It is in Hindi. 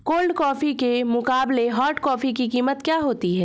कोल्ड कॉफी के मुकाबले हॉट कॉफी की कीमत कम होती है